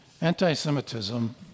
Anti-Semitism